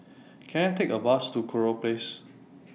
Can I Take A Bus to Kurau Place